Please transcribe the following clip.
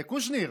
קושניר,